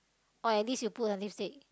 oh at least you put the lipstick